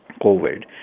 COVID